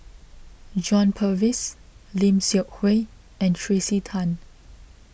John Purvis Lim Seok Hui and Tracey Tan